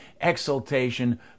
exultation